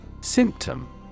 Symptom